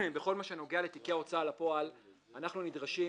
בכל מה שנוגע לתיקי הוצאה לפועל אנחנו נדרשים